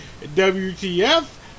WTF